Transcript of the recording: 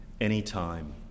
anytime